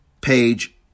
page